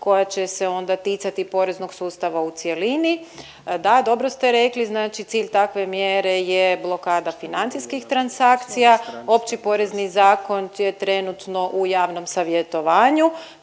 koja će se onda ticati poreznog sustava u cjelini. Da, dobro ste rekli, znači cilj takve mjere je blokada financijskih transakcija, Opći porezni zakon je trenutno u javnom savjetovanju,